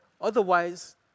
Otherwise